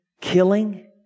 Killing